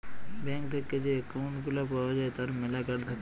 bank থেক্যে যে account গুলা পাওয়া যায় তার ম্যালা কার্ড থাক্যে